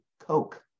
Coke